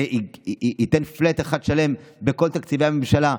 זה ייתן פלאט אחד שלם בכל תקציבי הממשלה.